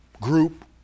group